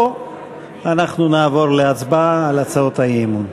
או שנעבור להצבעה על הצעות האי-אמון.